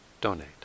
donate